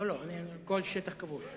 לא, אני, כל שטח כבוש.